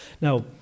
Now